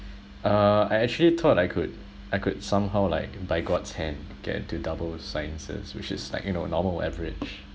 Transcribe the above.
uh I actually thought I could I could somehow like by god's hand get into double sciences which is like you know normal average